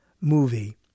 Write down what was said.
movie